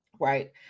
right